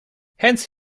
hence